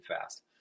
fast